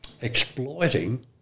exploiting